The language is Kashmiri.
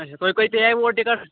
اَچھا تُہۍ کٔہۍ پیٚووٕ اورٕ ٹِکَٹ